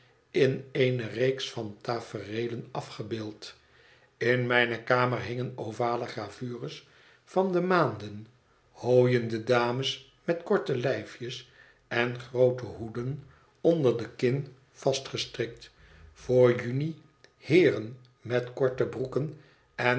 in eene reeks van tafereelen afgebeeld in mijne kamer hingen ovale gravures van de maanden hooiende dames met korte lijfjes en groote hoeden onder de kin vastgestrikt voor juni heeren met korte broeken en